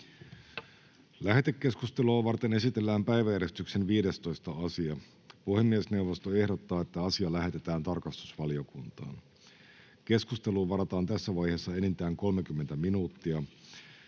Lähetekeskustelua varten esitellään päiväjärjestyksen 15. asia. Puhemiesneuvosto ehdottaa, että asia lähetetään tarkastusvaliokuntaan. Keskusteluun varataan tässä vaiheessa enintään 30 minuuttia.